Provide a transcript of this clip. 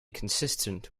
consistent